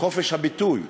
לחופש הביטוי.